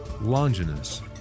Longinus